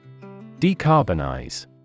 Decarbonize